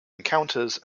encounters